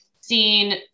seen